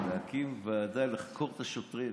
להקים ועדה לחקור את השוטרים.